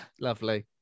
Lovely